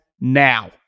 now